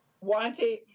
wanted